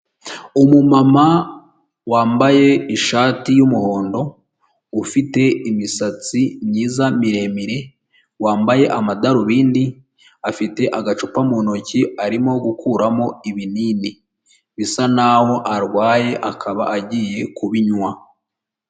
Umumama wambaye ishati y'umuhondo, ufite imisatsi myiza miremire, wambaye amadarubindi, afite agacupa mu ntoki, arimo gukuramo ibinini bisa naho arwaye akaba agiye kubinywa.